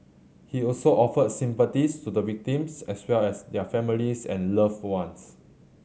he also offered sympathies to the victims as well as their families and loved ones